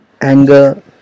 Anger